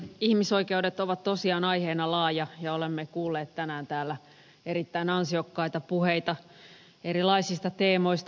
ihmisoikeudet ovat tosiaan aiheena laaja ja olemme kuulleet tänään täällä erittäin ansiokkaita puheita erilaisista teemoista